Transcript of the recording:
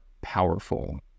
powerful